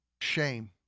shame